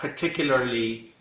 particularly